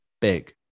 big